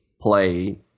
play